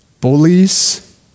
bullies